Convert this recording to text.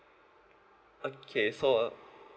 okay so uh